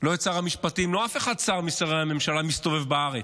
לא את שר המשפטים ואף אחד משרי הממשלה מסתובב בארץ.